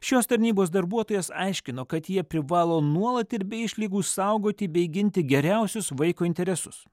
šios tarnybos darbuotojas aiškino kad jie privalo nuolat ir be išlygų saugoti bei ginti geriausius vaiko interesus